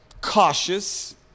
cautious